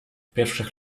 pierwszych